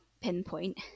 pinpoint